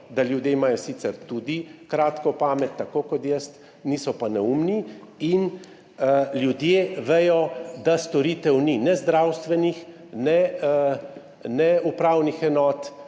ljudje sicer tudi kratko pamet, tako kot jaz, niso pa neumni. In ljudje vedo, da storitev ni, ne zdravstvenih ne upravnih enot.